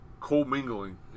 co-mingling